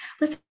Listen